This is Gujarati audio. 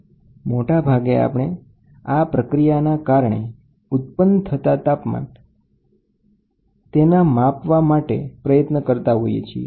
મશીનમાં મોટેભાગે આપણે આ પ્રક્રિયાના કારણે ઉત્પન્ન થતા તાપમાનને માપવા માટેના પ્રયત્ન કરતા હોઈએ છીએ